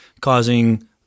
causing